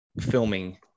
filming